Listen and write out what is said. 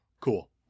Cool